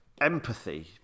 empathy